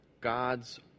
God's